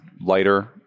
lighter